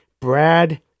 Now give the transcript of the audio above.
Brad